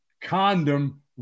condom